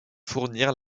fournir